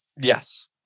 Yes